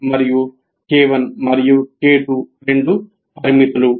మరియు K1 మరియు K2 రెండు పారామితులు